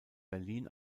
berlin